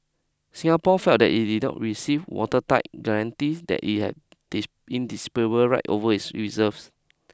Singapore felt that it did not receive watertight guarantees that it had diss indisputable rights over its reserves